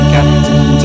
Captain